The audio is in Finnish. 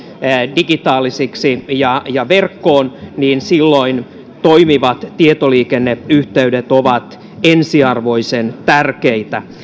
digitaalisiksi ja ja verkkoon niin silloin toimivat tietoliikenneyhteydet ovat ensiarvoisen tärkeitä